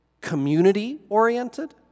community-oriented